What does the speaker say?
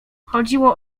chodziło